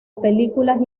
películas